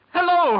Hello